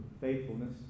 faithfulness